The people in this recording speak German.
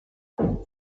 der